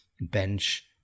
bench